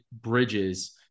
Bridges